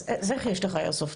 אז איך יש לך איירסופט?